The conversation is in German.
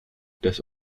des